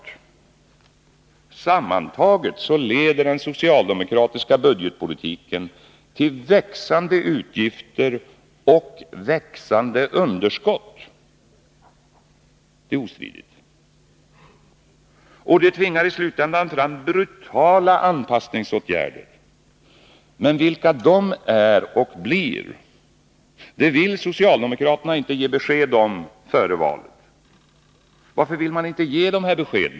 Sammantaget leder den socialdemokratiska budgetpolitiken till växande utgifter och växande underskott — det är ostridigt. Och detta tvingar i slutändan fram brutala anpassningsåtgärder — men vilka vill socialdemokraterna inte ge besked om före valet. Varför vill man inte ge dessa besked?